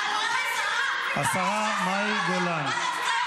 --- השרה מאי גולן.